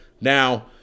Now